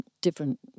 different